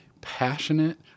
passionate